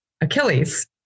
Achilles